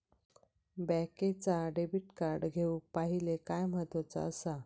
बँकेचा debit card घेउक पाहिले काय महत्वाचा असा?